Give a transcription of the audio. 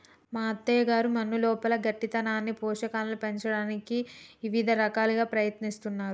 మా అయ్యగారు మన్నులోపల గట్టితనాన్ని పోషకాలను పంచటానికి ఇవిద రకాలుగా ప్రయత్నిస్తున్నారు